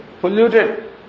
polluted